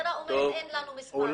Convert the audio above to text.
שהמשטרה אומרת שאין לה מספר.